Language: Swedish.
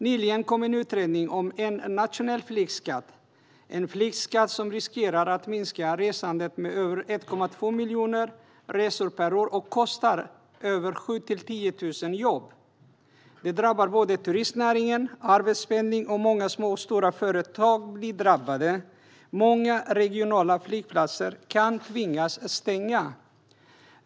Nyligen kom en utredning om en nationell flygskatt, en flygskatt som riskerar att minska resandet med över 1,2 miljoner resor per år och kosta 7 000-10 000 jobb. Det drabbar turistnäringen, arbetspendlingen och många små och stora företag. Många regionala flygplatser kan tvingas stänga.